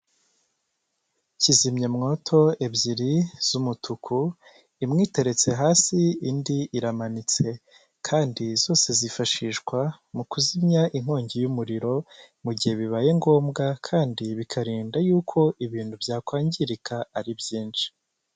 Kizimyamwoto ebyiri z'umutuku imwe iteretse hasi indi iramanitse, kandi zose zifashishwa mu kuzimya inkongi y'umuriro mu gihe bibaye ngombwa kandi bikarinda yuko ibintu byakwangirika ari byinshi.